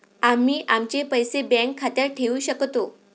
आम्ही आमचे पैसे बँक खात्यात ठेवू शकतो